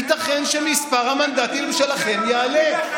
ייתכן שמספר המנדטים שלכם יעלה.